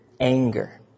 anger